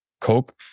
coke